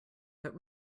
but